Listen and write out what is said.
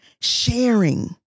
sharing